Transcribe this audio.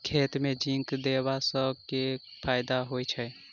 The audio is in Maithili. खेत मे जिंक देबा सँ केँ फायदा होइ छैय?